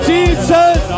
Jesus